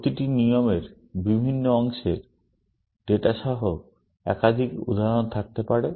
প্রতিটি নিয়মের বিভিন্ন অংশের ডেটা সহ একাধিক উদাহরণ থাকতে পারে